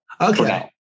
Okay